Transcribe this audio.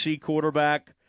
quarterback